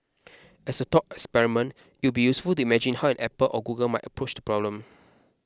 as a thought experiment it would be useful to imagine how an Apple or Google might approach the problem